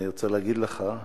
אני רוצה להגיד לך,